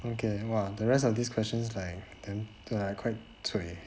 okay !wah! the rest of these questions like damn like quite cui